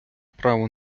право